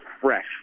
fresh